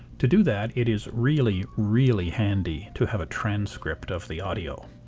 to do that it is really, really handy to have a transcript of the audio.